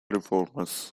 reformers